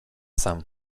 sam